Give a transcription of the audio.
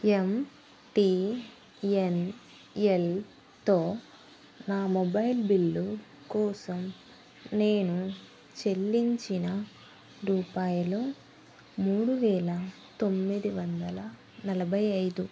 ఎంటీఎన్ఎల్తో నా mobile bill కోసం నేను చెల్లించిన రూపాయలు మూడువేల తొమ్మిది వందల నలభై ఐదు